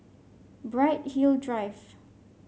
Bright Hill Drive